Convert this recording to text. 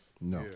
No